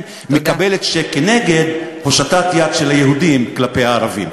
מקבלת כנגד הושטת יד של היהודים כלפי הערבים.